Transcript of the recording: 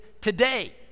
today